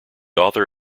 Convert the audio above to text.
author